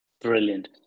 Brilliant